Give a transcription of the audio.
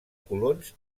colons